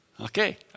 Okay